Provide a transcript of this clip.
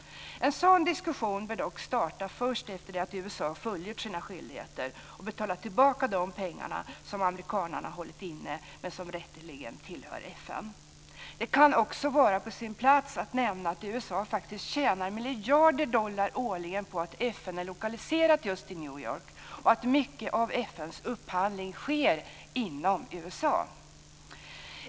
En sådan diskussion bör dock starta först efter det att USA fullgjort sina skyldigheter och betalat tillbaka de pengar som amerikanerna hållit inne men som rätterligen tillhör FN. Det kan också vara på sin plats att nämna att USA tjänar miljarder dollar årligen på att FN är lokaliserat till New York och att mycket av FN:s upphandling sker inom USA.